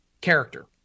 character